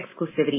exclusivity